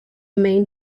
main